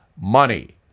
money